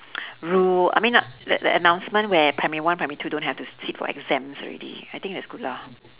rule I mean I that that announcement where primary one primary two don't have to sit for exams already I think that's good lah